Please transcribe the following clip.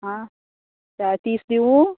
आं तीस दिवूं